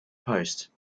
post